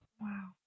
Wow